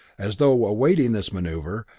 as though awaiting this maneuver,